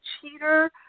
cheater